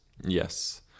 Yes